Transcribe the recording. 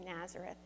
Nazareth